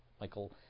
Michael